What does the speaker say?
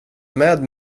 med